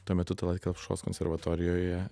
tuo metu tallat kelpšos konservatorijoje